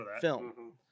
film